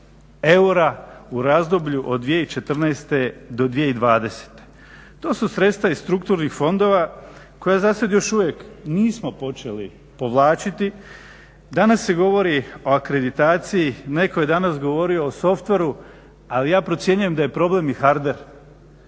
eura u razdoblju od 2014. do 2020. To su sredstva iz strukturnih fondova koja za sad još uvijek nismo počeli povlačiti, danas se govori o akreditaciji, netko je danas govorio o softveru, ali ja procjenjujem da je problem i hardver.